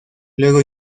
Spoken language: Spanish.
luego